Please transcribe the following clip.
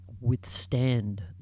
withstand